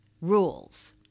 rules